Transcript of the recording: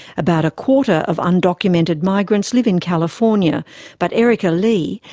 about a quarter of undocumented migrants live in california but erika lee,